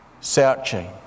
searching